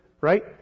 right